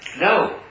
No